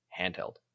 handheld